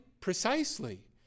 precisely